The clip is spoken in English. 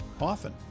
often